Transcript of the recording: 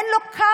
אין לו קרקע,